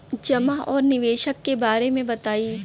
जमा और निवेश के बारे मे बतायी?